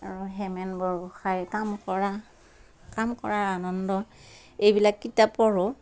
আৰু হোমেন বৰগোহাঞিৰ কাম কৰা কাম কৰাৰ আনন্দ এইবিলাক কিতাপ পঢ়ো